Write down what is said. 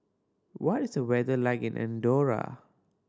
what is the weather like in Andorra